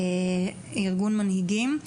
ארגון מנהיגים.